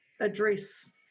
address